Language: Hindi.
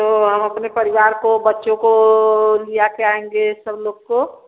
तो हम अपने परिवार को बच्चों को लिकर आएँगे सब लोग को